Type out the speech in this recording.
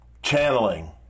channeling